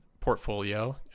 portfolio